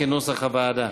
כנוסח הוועדה.